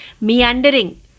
meandering।